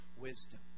wisdom